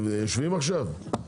הם יושבים עכשיו?